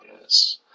Yes